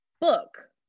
book